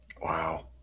Wow